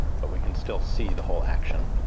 but we can still see the whole action,